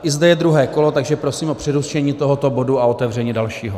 I zde je druhé kolo, takže prosím o přerušení tohoto bodu a otevření dalšího.